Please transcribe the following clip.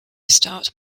start